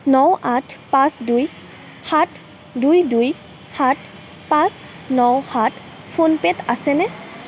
ন আঠ পাঁচ দুই সাত দুই দুই সাত পাঁচ ন সাত ফোনপে'ত আছেনে